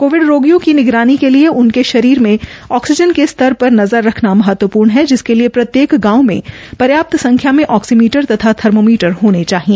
Covid रोगियों की निगरानी के लिए उनके शरीर में ऑक्सीजन के स्तर पर नज़र रखना महत्वपूर्ण है जिसके लिए प्रत्येक गांव में पर्याप्त संख्या में ऑक्सीमीटर तथा थर्मामीटर होने चाहिए